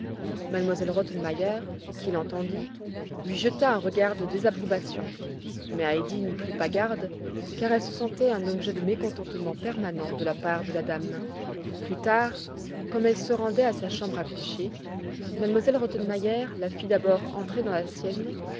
m elle rottenmeier qui l'entendit lui jeta un regard de désapprobation mais heidi n'y prit pas garde car elle se sentait un objet de mécontentement permanent de la part de la dame plus tard comme elle se rendait à sa chambre à coucher m elle rottenmeier la fit d'abord entrer dans la sienne